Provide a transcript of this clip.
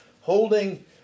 holding